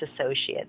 associates